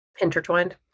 Intertwined